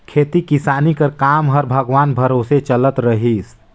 खेती किसानी कर काम हर भगवान भरोसे चलत रहिस